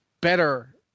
better